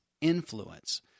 influence